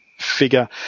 Figure